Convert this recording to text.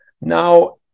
Now